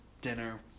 dinner